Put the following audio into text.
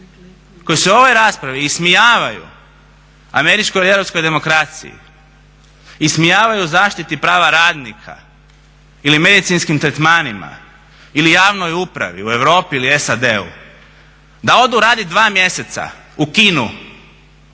koji se ovoj raspravi ismijavaju, američkoj i europskoj demokraciji, ismijavaju zaštiti prava radnika ili medicinskim tretmanima ili javnoj upravi u Europi ili SAD-u, da odu radit 2 mjeseca u Kinu,